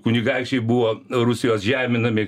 kunigaikščiai buvo rusijos žeminami